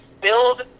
build